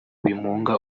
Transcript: bimunga